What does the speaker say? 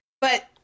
But-